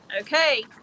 Okay